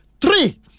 Three